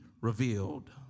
revealed